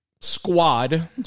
squad